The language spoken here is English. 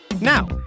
Now